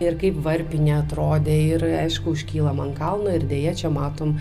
ir kaip varpinė atrodė ir aišku užkylam ant kalno ir deja čia matom